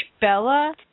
Bella